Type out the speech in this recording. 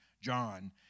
John